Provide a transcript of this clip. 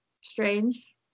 strange